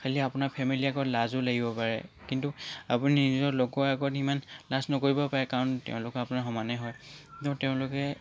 খালী আপোনাৰ ফেমেলীৰ ওচৰত লাজো লাগিব পাৰে কিন্তু আপুনি নিজক লগৰ আগত ইমান লাজ নকৰিবও পাৰে কাৰণ তেওঁলোকো আপোনাৰ সমানে হয় কিন্তু তেওঁলোকে